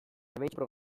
prebentzio